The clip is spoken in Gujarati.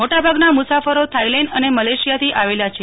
મોટાભાગના મુસાફરો થાઈલેન્ડ અને મલેશિયાથી આવેલા છે